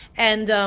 and